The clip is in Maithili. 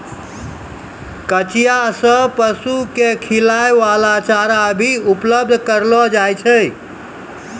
कचिया सें पशु क खिलाय वाला चारा भी उपलब्ध करलो जाय छै